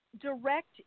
direct